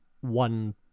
one